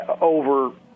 over